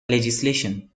legislation